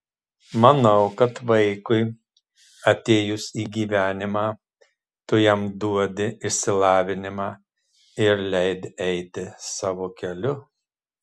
manau kad vaikui atėjus į gyvenimą tu jam duodi išsilavinimą ir leidi eiti savo keliu